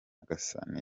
gasani